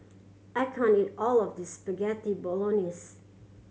I can't eat all of this Spaghetti Bolognese